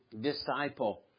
disciple